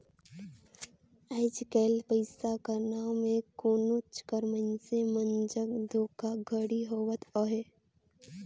आएज काएल पइसा कर नांव में कहोंच कर मइनसे मन जग धोखाघड़ी होवत अहे